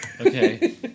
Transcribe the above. Okay